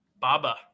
Baba